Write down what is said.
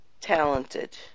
talented